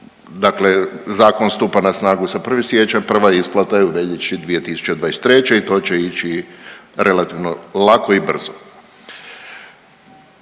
dakle zakon stupa na snagu sa 1. siječnja, prva isplata je u veljači 2023. i to će ići relativno lako i brzo.